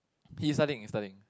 he is studying he's studying